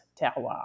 terroir